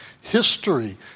History